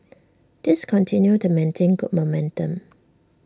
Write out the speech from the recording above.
these continue to maintain good momentum